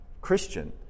Christian